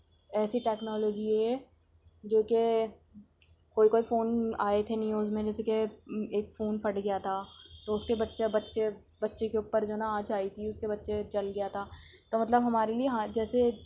ایسی ٹیکنالوجی ہے یہ جو کہ کوئی کوئی فون آئے تھے نیوز میں جیسے کہ ایک فون پھٹ گیا تھا تو اس کے بچے بچے بچے کے اوپر جو نہ آنچ آئی تھی اس کے بچے جل گیا تھا تو مطلب ہمارے لئے ہانی جیسے